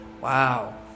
Wow